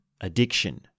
addiction